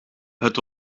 het